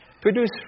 Produce